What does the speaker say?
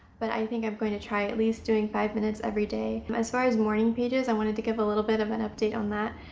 but i think i'm going to try at least doing five minutes every day. um as far as morning pages i wanted to give a little bit of an update on that.